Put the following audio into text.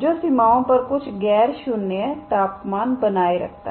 जो सीमाओं पर कुछ गैर शून्य तापमान बनाए रखता है